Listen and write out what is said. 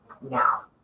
now